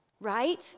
right